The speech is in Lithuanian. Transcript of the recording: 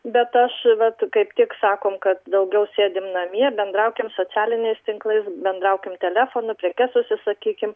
bet aš vat kaip tik sakom kad daugiau sėdim namie bendraukim socialiniais tinklais bendraukim telefonu prekes užsisakykim